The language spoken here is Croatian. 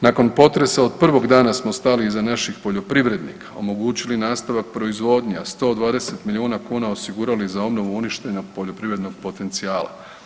Nakon potresa od prvog dana smo stali iza naših poljoprivrednika, omogućili nastavak proizvodnje od 120 milijuna osigurali za obnovu uništenog poljoprivrednog potencijala.